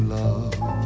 love